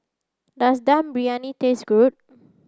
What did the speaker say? does dum briyani taste good